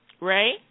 Ray